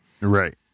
Right